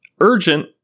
urgent